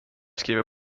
skriver